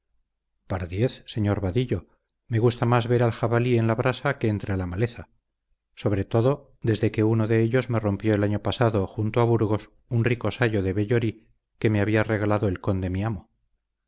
tineo pardiez señor vadillo me gusta más ver al jabalí en la brasa que entre la maleza sobre todo desde que uno de ellos me rompió el año pasado junto a burgos un rico sayo de vellorí que me había regalado el conde mí amo